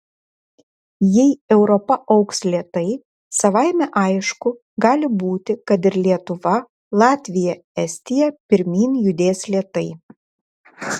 jei europa augs lėtai savaime aišku gali būti kad ir lietuva latvija estija pirmyn judės lėtai